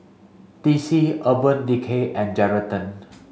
D C Urban Decay and Geraldton